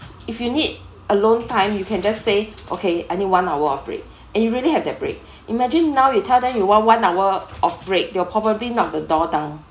if you need alone time you can just say okay I need one hour off break and you really have that break imagine now you tell them you want one hour of break they will probably knock the door down